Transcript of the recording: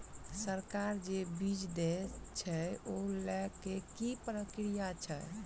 सरकार जे बीज देय छै ओ लय केँ की प्रक्रिया छै?